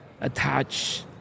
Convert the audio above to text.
attach